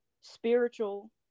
spiritual